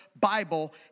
Bible